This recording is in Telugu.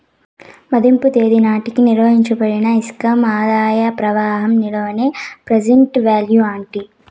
మదింపు తేదీ నాటికి నిర్వయించబడిన ఇన్కమ్ ఆదాయ ప్రవాహం విలువనే ప్రెసెంట్ వాల్యూ అంటీ